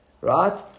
right